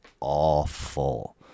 awful